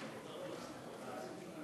איציק,